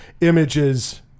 images